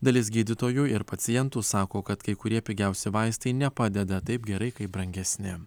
dalis gydytojų ir pacientų sako kad kai kurie pigiausi vaistai nepadeda taip gerai kaip brangesni